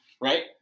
Right